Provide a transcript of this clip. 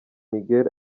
miguel